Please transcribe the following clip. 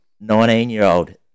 Nineteen-year-old